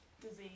Disease